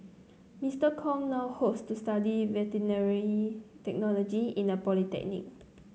Mister Kong now hopes to study veterinary technology in a polytechnic